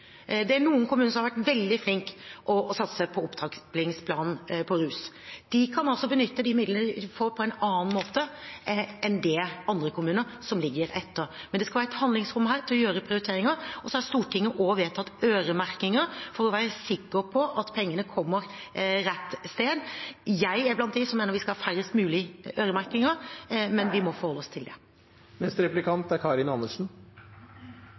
Det er noen kommuner som har vært veldig flinke til å satse på opptrappingsplanen for rus. De kan benytte de midlene de får, på en annen måte enn andre kommuner som ligger etter. Men det skal være et handlingsrom her til å gjøre prioriteringer. Så har Stortinget også vedtatt øremerkinger for å være sikker på at pengene kommer rett sted. Jeg er blant dem som mener vi skal ha færrest mulig øremerkinger, men vi må forholde oss til det. Som statsråden sa, er